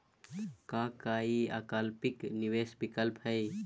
का काई अल्पकालिक निवेस विकल्प हई?